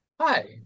Hi